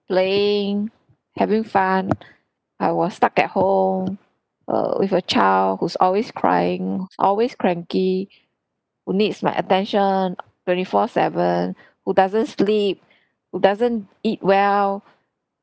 playing having fun I was stuck at home err with a child who's always crying who's always cranky who needs my attention twenty four seven who doesn't sleep who doesn't eat well